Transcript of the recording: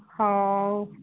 ହଉ